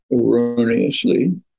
erroneously